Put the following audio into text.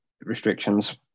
restrictions